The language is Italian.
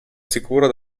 sicuro